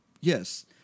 Yes